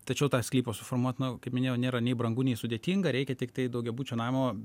tačiau tą sklypą suformuot nu kaip minėjau nėra nei brangu nei sudėtinga reikia tiktai daugiabučio namo